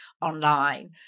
online